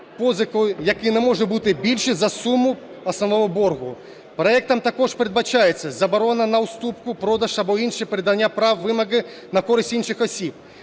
позикою, які не можуть бути більше за суму основного боргу. Проектом також передбачається заборона на уступку, продаж або інше передання прав вимоги на користь інших осіб.